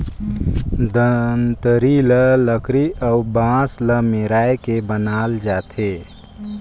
दँतरी ल लकरी अउ बांस ल मेराए के बनाल जाथे